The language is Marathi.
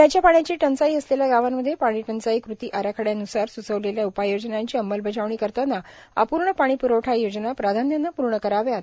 पिण्याच्या पाण्याची टंचाई असलेल्या गावांमध्ये पाणीटंचाई कृती आराखड्यान्सार स्चविलेल्या उपाययोजनांची अंमलबजावणी करतांना अपूर्ण पाणी प्रवठा योजना प्राधान्याने पूर्ण करण्यात याव्यात